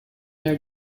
their